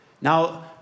now